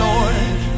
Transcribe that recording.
Lord